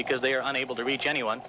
because they are unable to reach anyone